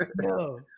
No